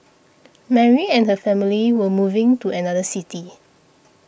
Mary and her family were moving to another city